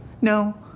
No